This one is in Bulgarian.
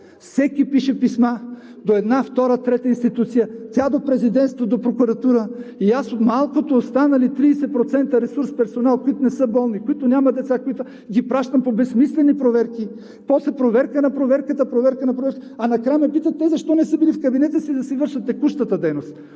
Всеки пише писма до една, втора, трета институция, тя до президентството, прокуратурата и аз от малкото останали 30% ресурс персонал, които не са болни, които нямат деца, ги пращам по безсмислени проверки, после проверки на проверката, а накрая ме питат: те защо не са били в кабинета си да си вършат текущата дейност?